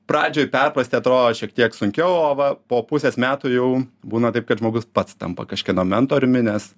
pradžioj perprasti atrodo šiek tiek sunkiau o va po pusės metų jau būna taip kad žmogus pats tampa kažkieno mentoriumi nes